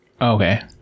Okay